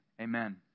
Amen